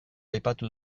aipatu